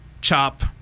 Chop